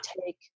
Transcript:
take